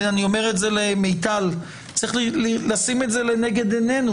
אני אומר את זה למיטל וצריך לשים את זה לנגד עינינו,